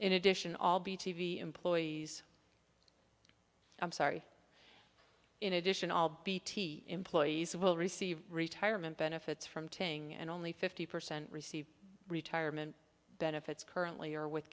in addition albie t v employees i'm sorry in addition all employees will receive retirement benefits from taking and only fifty percent receive retirement benefits currently or with